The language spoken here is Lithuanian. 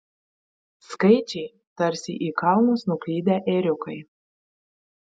skaičiai tarsi į kalnus nuklydę ėriukai